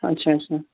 اچھا اچھا